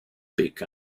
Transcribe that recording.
pick